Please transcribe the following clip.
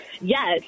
Yes